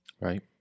Right